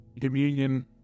communion